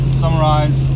summarize